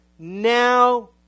Now